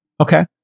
okay